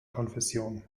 konfession